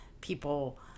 people